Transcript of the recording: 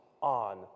on